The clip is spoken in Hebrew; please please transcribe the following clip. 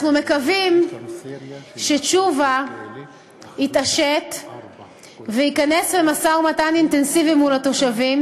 אנחנו מקווים שתשובה יתעשת ויכנס למשא-ומתן אינטנסיבי מול התושבים,